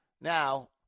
Now